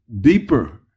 deeper